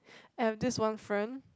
I have this one friend